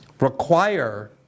require